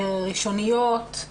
ראשוניות,